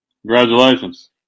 Congratulations